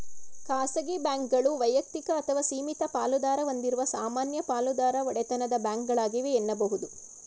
ಖಾಸಗಿ ಬ್ಯಾಂಕ್ಗಳು ವೈಯಕ್ತಿಕ ಅಥವಾ ಸೀಮಿತ ಪಾಲುದಾರ ಹೊಂದಿರುವ ಸಾಮಾನ್ಯ ಪಾಲುದಾರ ಒಡೆತನದ ಬ್ಯಾಂಕ್ಗಳಾಗಿವೆ ಎನ್ನುಬಹುದು